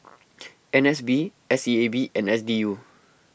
N S B S E A B and S D U